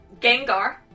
Gengar